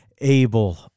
Able